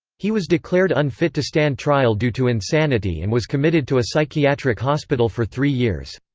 he was declared unfit to stand trial due to insanity and was committed to a psychiatric hospital for three years.